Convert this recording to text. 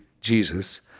Jesus